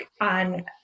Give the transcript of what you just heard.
on